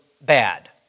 bad